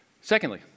Secondly